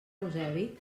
eusebi